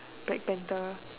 black panther